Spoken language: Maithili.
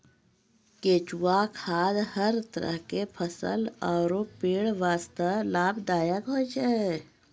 केंचुआ खाद हर तरह के फसल आरो पेड़ वास्तॅ लाभदायक होय छै